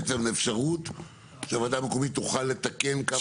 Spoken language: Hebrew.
את מדברת בעצם על אפשרות שהוועדה המקומית תוכל לתקן קו כחול?